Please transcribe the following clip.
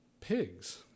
pigs